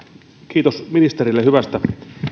kiitos ministerille hyvästä